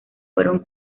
fueron